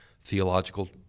theological